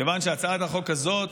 מכיוון שהצעת החוק הזאת,